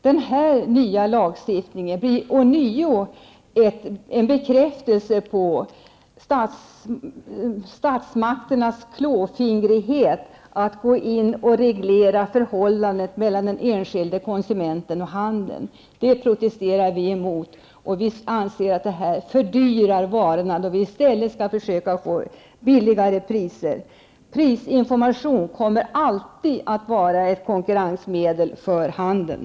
Denna nya lagstiftning blir ånyo en bekräftelse på statsmakternas klåfingrighet att reglera förhållandet mellan den enskilde konsumenten och handeln. Det protesterar vi mot, och vi anser att detta fördyrar varorna då vi i stället skall försöka få lägre priser. Prisinformation kommer alltid att vara ett konkurrensmedel för handeln.